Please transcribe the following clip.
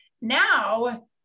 now